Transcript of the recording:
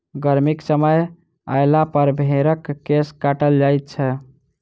गर्मीक समय अयलापर भेंड़क केश काटल जाइत छै